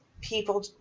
people